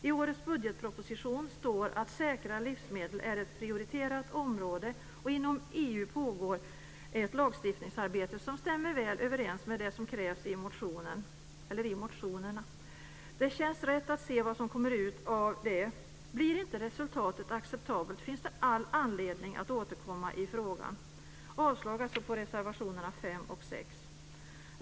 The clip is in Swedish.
I årets budgetproposition står att säkra livsmedel är ett prioriterat område, och inom EU pågår ett lagstiftningsarbete som stämmer väl överens med det som krävs i motionerna. Det känns rätt att se vad som kommer ut av det. Blir inte resultatet acceptabelt finns det all anledning att återkomma i frågan. Jag yrkar avslag på reservationerna 5 och 6.